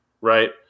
right